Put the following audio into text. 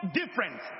different